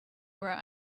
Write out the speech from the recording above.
were